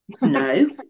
no